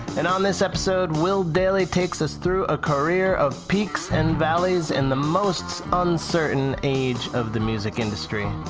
and on this episode, will dailey takes us through a career of peaks and valleys in the most uncertain age of the music industry.